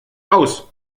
aus